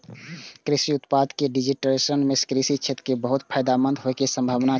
कृषि उत्पाद के डिजिटाइजेशन सं कृषि क्षेत्र कें बहुत फायदा होइ के संभावना छै